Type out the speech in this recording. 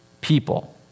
people